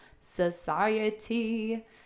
society